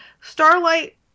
Starlight